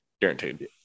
Guaranteed